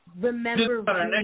remember